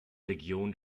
region